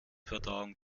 verdauung